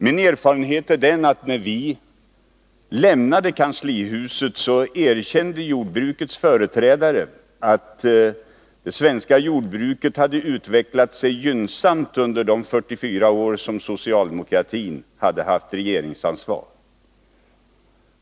Min erfarenhet är den att när vi lämnade kanslihuset erkände jordbrukets företrädare att det svenska jordbruket hade utvecklat sig gynnsamt under de 44 år som socialdemokratin hade haft regeringsansvaret.